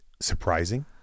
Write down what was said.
surprising